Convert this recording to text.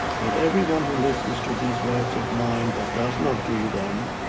and everyone who listens to these words of mine but does not do them